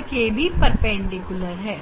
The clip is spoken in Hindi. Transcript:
के भी परपेंडिकुलर है